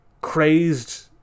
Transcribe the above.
crazed